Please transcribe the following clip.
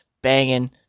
banging